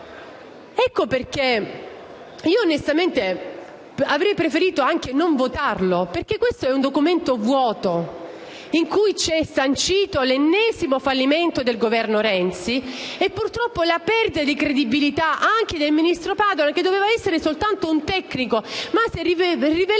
a galla. Io, onestamente, avrei preferito anche non votare questo DEF, perché è un documento vuoto in cui è sancito l'ennesimo fallimento del Governo Renzi e, purtroppo, anche la perdita di credibilità del ministro Padoan, che doveva essere soltanto un tecnico ma si è rivelato